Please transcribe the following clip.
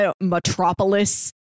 metropolis